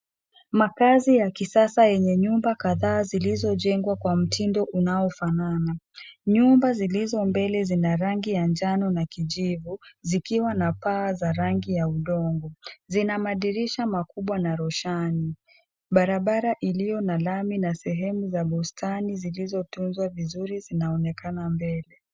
Makazi ya kisasa yenye nyumba kadhaa zilizojengwa kwa mtindo unaofanana. Nyumba zilizo mbele zina rangi ya njano na kijivu zikiwa na paa za rangi ya udongo. Zina madirisha makubwa na roshani. Barabara iliyo na lami na sehemu za bustani zilizotunzwa vizuri zinaonekana mbele.